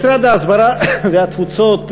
משרד ההסברה והתפוצות,